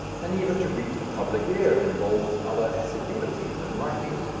and even to reach the public ear involves other assiduities than writing.